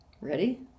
Ready